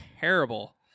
terrible